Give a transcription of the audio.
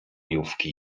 jówki